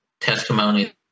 testimony